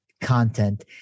content